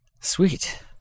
Sweet